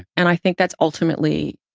and i think that's ultimately,